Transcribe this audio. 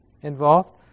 involved